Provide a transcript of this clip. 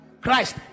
Christ